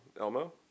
Elmo